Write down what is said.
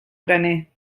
graner